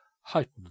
heightened